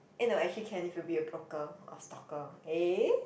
eh no actually can be if you be a broker or stalker eh